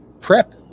prep